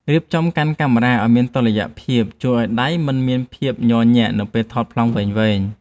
រៀបចំការកាន់ទូរស័ព្ទឱ្យមានតុល្យភាពជួយឱ្យដៃមិនមានភាពញ័រញាក់នៅពេលថតប្លង់វែងៗ។